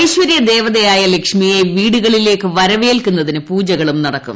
ഐശ്വരൃദേവതയായ ലക്ഷ്മിയെ വീടുകളിലേക്ക് വരവേൽക്കുന്നതിന് പൂജകളും നടക്കും